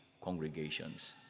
congregations